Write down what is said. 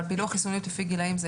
אבל פילוח חיסוניות לפי גילאים,